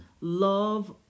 Love